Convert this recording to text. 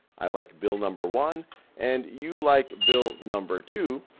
i like bill number one and you like bill number two,